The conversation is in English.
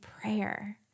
prayer